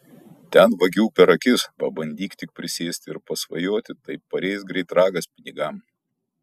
ten vagių per akis pabandyk tik prisėsti ir pasvajoti tai pareis greit ragas pinigam